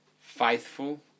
faithful